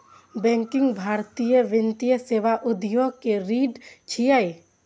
banking भारतीय वित्तीय सेवा उद्योग के रीढ़ छियै